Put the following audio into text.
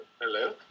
Hello